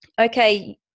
okay